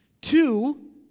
Two